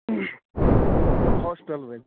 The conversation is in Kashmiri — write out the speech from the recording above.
ہاسپِٹل وٲلۍ